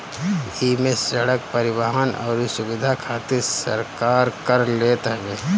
इमे सड़क, परिवहन अउरी सुविधा खातिर सरकार कर लेत हवे